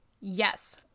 Yes